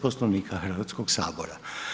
Poslovnika Hrvatskog sabora.